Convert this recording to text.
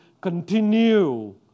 continue